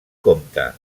compte